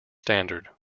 standard